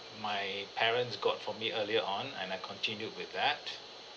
my parents got for me earlier on and I continued with that